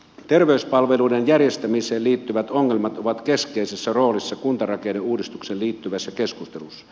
terveyspalveluiden järjestämiseen liittyvät ongelmat ovat keskeisessä roolissa kuntarakenneuudistukseen liittyvässä keskustelussa